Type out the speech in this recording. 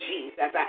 Jesus